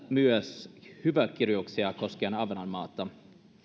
myös hyviä kirjauksia koskien ahvenanmaata